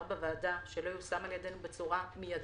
בוועדה שלא יושם על ידינו בצורה מיידית,